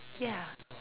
ya